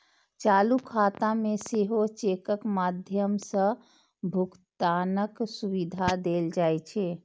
चालू खाता मे सेहो चेकक माध्यम सं भुगतानक सुविधा देल जाइ छै